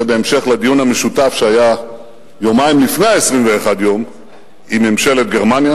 זה בהמשך לדיון המשותף שהיה יומיים לפני 21 הימים עם ממשלת גרמניה.